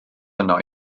yno